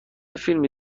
فیلمی